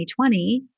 2020